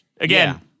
Again